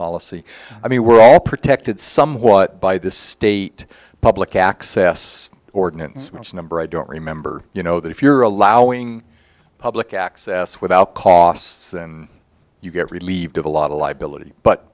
policy i mean we're all protected somewhat by the state public access ordinance which number i don't remember you know that if you're allowing public access without costs you get relieved of a lot of liability but